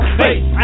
face